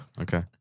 Okay